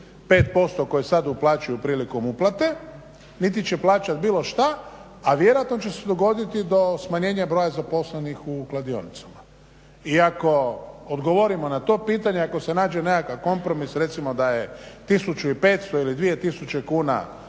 5% koje sada uplaćuju prilikom uplate niti će plaćati bilo šta a vjerojatno će se dogoditi do smanjenja broja zaposlenih u kladionicama. I ako odgovorimo na to pitanje, ako se nađe nekakav kompromis recimo da je 1500 ili 2000 kuna